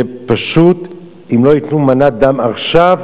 זה פשוט, אם לא ייקחו מנת דם עכשיו,